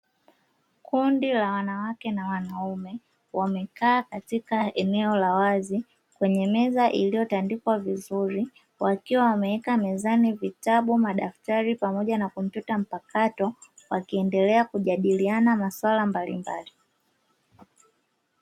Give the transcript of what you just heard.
Kundi la wanawake na wanaume, wamekaa katika eneo la wazi kwenye meza iliyotandikwa vizuri, wakiwa wameweka mezani vitabu, madaftari pamoja na kompyuta mpakato, wakendelea kujadiliana masuala mbalimbali.